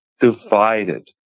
divided